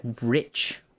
rich